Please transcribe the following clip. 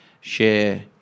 share